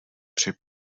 při